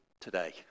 today